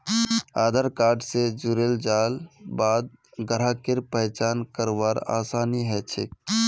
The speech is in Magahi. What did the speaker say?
आधार कार्ड स जुड़ेल जाल बाद ग्राहकेर पहचान करवार आसानी ह छेक